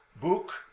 book